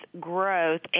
growth